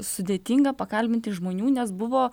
sudėtinga pakalbinti žmonių nes buvo